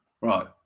right